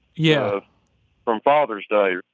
yeah from father's day.